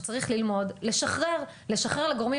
שצריך ללמוד לשחרר: לשחרר לגורמים